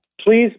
Please